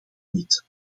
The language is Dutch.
niet